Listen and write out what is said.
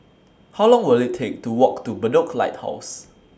How Long Will IT Take to Walk to Bedok Lighthouse